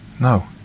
No